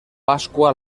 pasqua